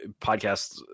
podcasts